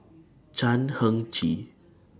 Chan Heng Chee